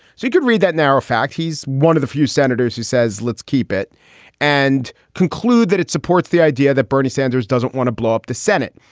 she could read that now a fact. he's one of the few senators who says, let's keep it and conclude that it supports the idea that bernie sanders doesn't want to blow up the senate.